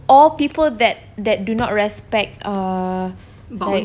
or people that that do not respect err like